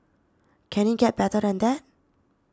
can it get better than that